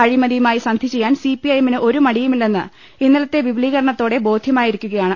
അഴിമതിയുമായി സന്ധിചെയ്യാൻ C P I എമ്മിന് ഒരു മടിയുമില്ലെന്ന് ഇന്നലത്തെ വിപുലീകരണത്തിലൂടെ ബോധ്യമായിരിക്കുകയാണ്